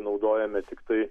naudojame tiktai